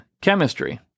Chemistry